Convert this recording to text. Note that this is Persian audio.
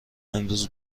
امروز